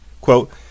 quote